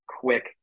quick